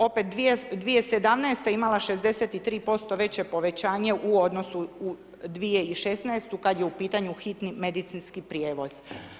Opet, 2017. je imala 63% veće povećanje u odnosu u 2016. kada je u pitanju hitni medicinski prijevoz.